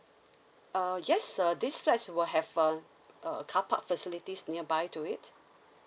uh yes uh this flat will have uh a carpark facilities nearby to it